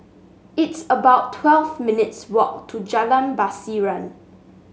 it's about twelve minutes' walk to Jalan Pasiran